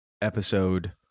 episode